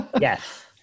yes